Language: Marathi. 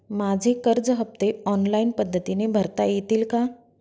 माझे कर्ज हफ्ते ऑनलाईन पद्धतीने भरता येतील का?